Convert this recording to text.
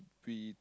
we